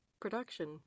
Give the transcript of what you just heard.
production